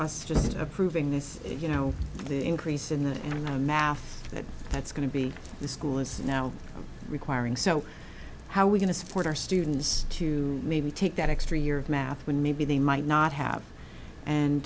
us just approving this you know the increase in the and my math that that's going to be the school is now requiring so how we going to support our students to maybe take that extra year of math when maybe they might not have and